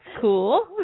cool